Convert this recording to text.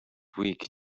week